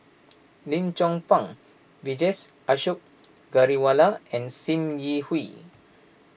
Lim Chong Pang Vijesh Ashok Ghariwala and Sim Yi Hui